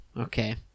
Okay